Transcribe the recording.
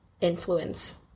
influence